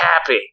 happy